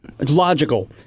Logical